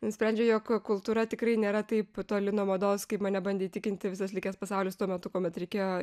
nusprendžiau jog kultūra tikrai nėra taip toli nuo mados kaip mane bandė įtikinti visas likęs pasaulis tuo metu kuomet reikėjo